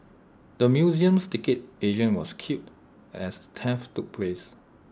the museum's ticket agent was killed as theft took place